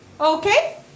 Okay